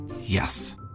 Yes